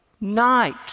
night